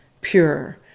pure